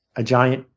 a giant,